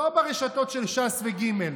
לא ברשתות של ש"ס וגימ"ל,